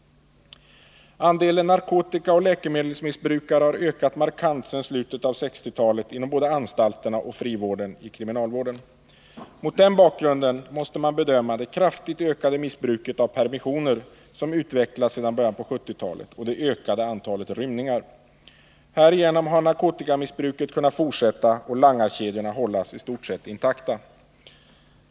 Andelen narkotikaoch läkemedelsmissbrukare har ökat markant sedan slutet av 1960-talet inom både anstalterna och frivården inom kriminalvården. Mot denna bakgrund måste man bedöma det kraftigt ökade missbruket av permissioner som utvecklats sedan början på 1970-talet och det ökade antalet rymningar. Härigenom har narkotikamissbruket kunnat fortsätta och langarkedjorna hållas i stort sett intakta.